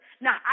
Now